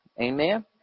Amen